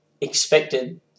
expected